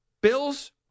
Bills